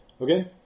Okay